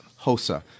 Hosa